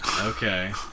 Okay